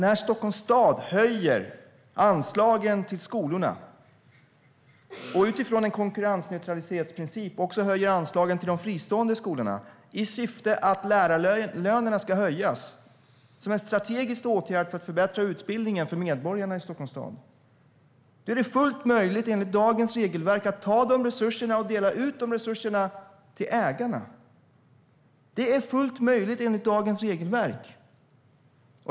När Stockholms stad höjer anslagen till skolorna, och utifrån en konkurrensneutralitetsprincip också höjer anslagen till de fristående skolorna, i syfte att lärarlönerna ska höjas som en strategisk åtgärd för att förbättra utbildningen för medborgarna i Stockholms stad, är det fullt möjligt enligt dagens regelverk att ta de resurserna och dela ut dem till ägarna. Det är fullt möjligt enligt dagens regelverk.